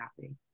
happy